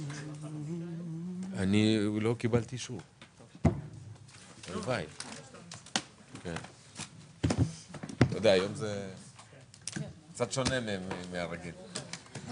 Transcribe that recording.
הישיבה ננעלה בשעה 18:00.